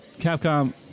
Capcom